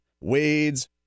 Wade's